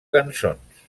cançons